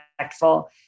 impactful